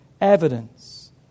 evidence